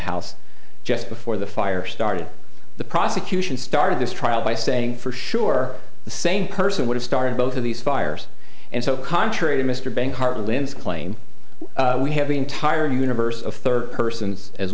house just before the fire started the prosecution started this trial by saying for sure the same person would have started both of these fires and so contrary to mr bang heartlands claim we have the entire universe of third persons as